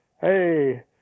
Hey